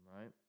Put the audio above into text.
right